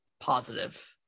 positive